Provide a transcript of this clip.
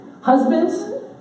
Husbands